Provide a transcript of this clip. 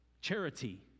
Charity